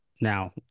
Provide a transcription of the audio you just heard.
now